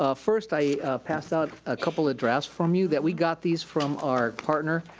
ah first, i passed out a couple of drafts from you that we got these from our partner,